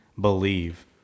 believe